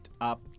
up